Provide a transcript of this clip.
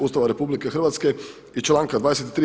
Ustava RH i članka 23.